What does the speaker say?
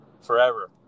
forever